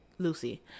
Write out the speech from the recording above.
Lucy